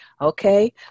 Okay